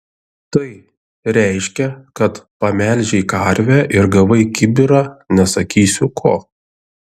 tai reiškia kad pamelžei karvę ir gavai kibirą nesakysiu ko